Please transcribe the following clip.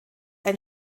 ein